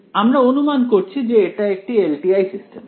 আমরা অনুমান করছি যে এটি একটি এলটিআই সিস্টেম